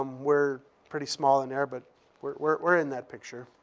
um we're pretty small in there, but we're in that picture.